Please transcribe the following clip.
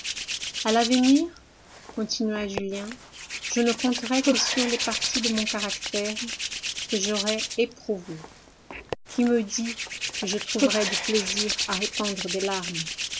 a l'avenir continua julien je ne compterai que sur les parties de mon caractère que j'aurai éprouvées qui m'eût dit que je trouverais du plaisir à répandre des larmes